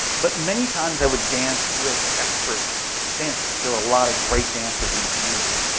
but many times i would dance with expert dancers. there were a lot of great dancers in the community.